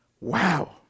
Wow